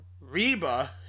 Reba